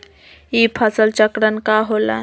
ई फसल चक्रण का होला?